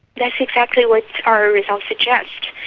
that's exactly what our results suggest.